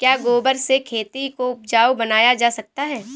क्या गोबर से खेती को उपजाउ बनाया जा सकता है?